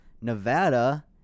Nevada –